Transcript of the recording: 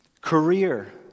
Career